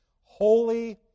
Holy